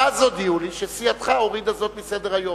ואז הודיעו לי שסיעתך הורידה זאת מסדר-היום.